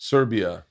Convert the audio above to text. Serbia